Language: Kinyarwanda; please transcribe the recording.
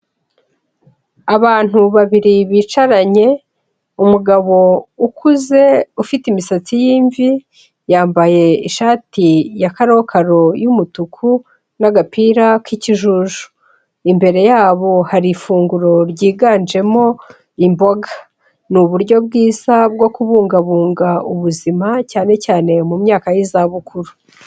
Abantu babiri bicaranye, umugabo ukuze ufite imisatsi y'imvi yambaye ishati ya karokaro y'umutuku n'agapira k'ikijuju, imbere yabo hari ifunguro ryiganjemo imboga, ni uburyo bwiza bwo kubungabunga ubuzima cyane cyane mu myaka y'izabukuru.